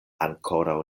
ankoraŭ